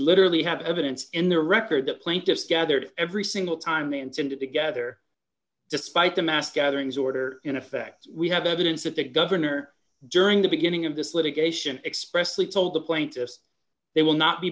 literally have evidence in the record that plaintiffs gathered every single time they intended to gather despite the mass gatherings order in effect we have evidence that the governor during the beginning of this litigation expressly told the plaintiffs they will not be